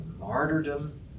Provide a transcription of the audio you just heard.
martyrdom